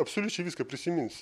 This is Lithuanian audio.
absoliučiai viską prisimins